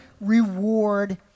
reward